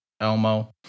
Elmo